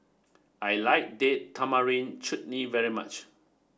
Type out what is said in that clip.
I like Date Tamarind Chutney very much